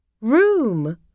room